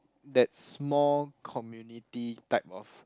that small community type of